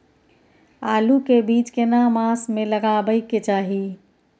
आलू के बीज केना मास में लगाबै के चाही?